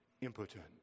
impotent